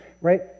Right